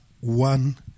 one